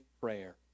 prayer